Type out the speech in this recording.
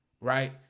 Right